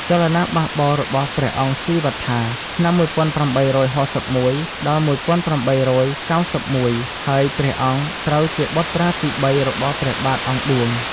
ចលនាបះបោររបស់ព្រះអង្គស៊ីវត្ថា (ឆ្នាំ ១៨៦១-១៨៩១) ហើយ ព្រះអង្គត្រូវជាបុត្រាទី ៣ របស់ព្រះបាទអង្គឌួង។